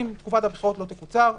אם תקופת הבחירות לא תקוצר,